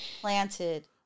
planted